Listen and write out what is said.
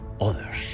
others